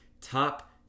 top